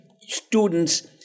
students